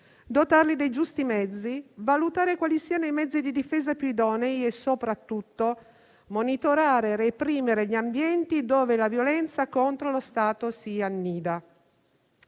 dotarli dei giusti mezzi, valutare quali siano i mezzi di difesa più idonei e soprattutto monitorare e reprimere gli ambienti dove la violenza contro lo Stato si annida.